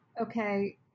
okay